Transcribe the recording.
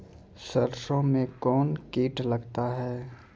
सरसों मे कौन कीट लगता हैं?